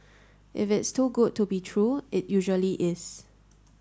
if it's too good to be true it usually is